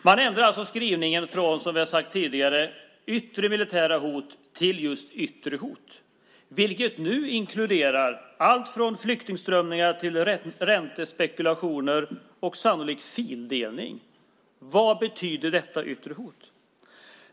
Man ändrar alltså skrivningen från, som vi tidigare talat om, "yttre militära hot" till "yttre hot", vilket nu inkluderar allt från flyktingströmmar till räntespekulationer och, sannolikt, fildelning. Vad betyder "yttre hot"?